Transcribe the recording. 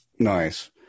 Nice